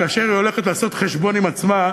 כאשר היא הולכת לעשות חשבון עם עצמה,